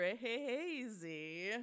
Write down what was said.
crazy